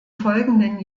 folgenden